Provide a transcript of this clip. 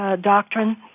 doctrine